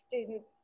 students